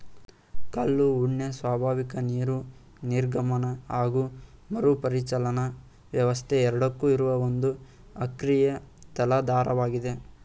ಕಲ್ಲು ಉಣ್ಣೆ ಸ್ವಾಭಾವಿಕ ನೀರು ನಿರ್ಗಮನ ಹಾಗು ಮರುಪರಿಚಲನಾ ವ್ಯವಸ್ಥೆ ಎರಡಕ್ಕೂ ಇರುವ ಒಂದು ಅಕ್ರಿಯ ತಲಾಧಾರವಾಗಿದೆ